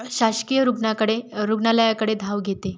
शासकीय रुग्णाकडे रुग्णालयाकडे धाव घेते